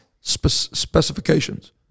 specifications